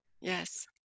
yes